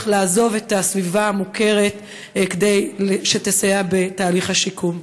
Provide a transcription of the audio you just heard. לעזוב את הסביבה המוכרת שתסייע בתהליך השיקום?